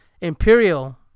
Imperial